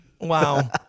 Wow